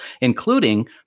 including